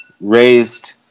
raised